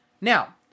Now